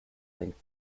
length